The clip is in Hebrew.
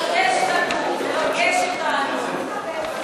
לחדש לנו, לרגש אותנו.